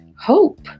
hope